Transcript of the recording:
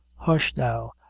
husth, now,